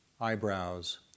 eyebrows